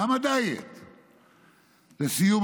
לסיום,